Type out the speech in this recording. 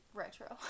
retro